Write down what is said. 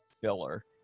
filler